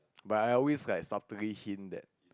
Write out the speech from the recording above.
but I always like subtly hint that